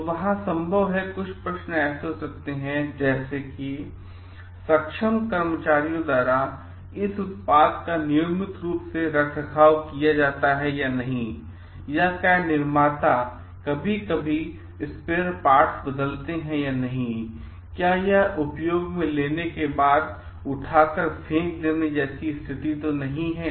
तो वहाँ संभव हैं कुछ प्रश्न ऐसे हो सकते हैं जैसे कि सक्षम कर्मचारियों द्वारा इस उत्पाद का नियमित रूप से रखरखाव किया जाता है क्या निर्माता कभी कभी स्पेयर पार्ट्स से बदलते हैं या नहीं क्या यह उपयोग में लेने के बाद उठाकर फ़ेंक देने जैसा है